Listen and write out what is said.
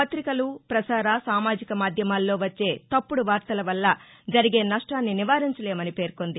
ప్రతికలు ప్రసార సామాజిక మాధ్యమాల్లో వచ్చే తప్పుడు వార్తల వల్ల జరిగే నష్టాన్ని నివారించలేమని పేర్కొంది